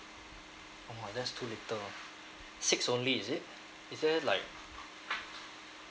!wah! that's too little oh six only is it is there like